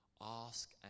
Ask